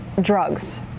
drugs